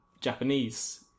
Japanese